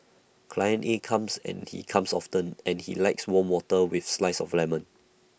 client A comes and he comes often and he likes warm water with slice of lemon